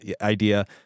idea